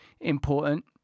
important